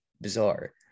Bizarre